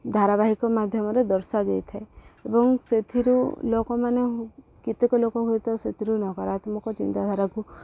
ଧାରାବାହିକ ମାଧ୍ୟମରେ ଦର୍ଶାଯାଇଥାଏ ଏବଂ ସେଥିରୁ ଲୋକମାନେ କେତେକ ଲୋକ ହୁଏତ ସେଥିରୁ ନକାରାତ୍ମକ ଚିନ୍ତାଧାରାକୁ